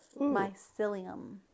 mycelium